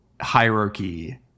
hierarchy